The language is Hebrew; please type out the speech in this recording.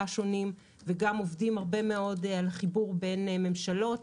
שונים וגם עובדים הרבה מאוד על החיבור בין ממשלות,